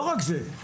אבל לא רק זה,